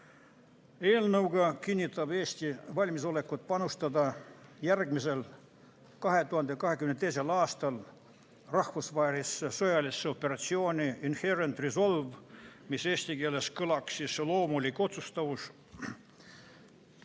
Eelnõuga kinnitab Eesti valmisolekut panustada järgmisel, 2022. aastal rahvusvahelisse sõjalisse operatsiooni Inherent Resolve, mis Eesti keeles kõlaks "loomulik otsustavus",